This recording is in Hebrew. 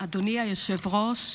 אדוני היושב-ראש,